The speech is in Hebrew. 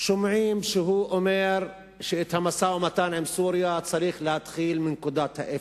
שומעים שהוא אומר שאת המשא-ומתן עם סוריה צריך להתחיל מנקודת האפס,